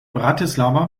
bratislava